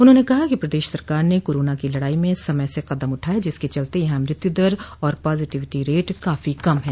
उन्होंने कहा कि प्रदश सरकार ने कोरोना की लड़ाई में समय से कदम उठाये जिसके चलते यहां मृत्युदर और पॉजिटिविटि रेट काफी कम है